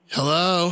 Hello